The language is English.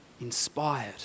inspired